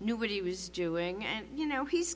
knew what he was doing and you know he's